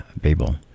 Babel